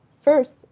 first